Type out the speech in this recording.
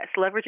leveraging